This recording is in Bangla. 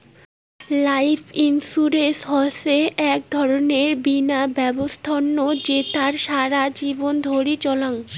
লাইফ ইন্সুরেন্স হসে আক ধরণের বীমা ব্যবছস্থা জেতার সারা জীবন ধরি চলাঙ